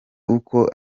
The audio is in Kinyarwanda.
uko